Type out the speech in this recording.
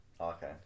okay